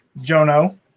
Jono